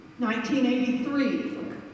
1983